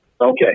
Okay